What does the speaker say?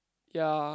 ya